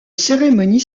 cérémonie